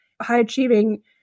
high-achieving